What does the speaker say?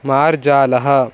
मार्जालः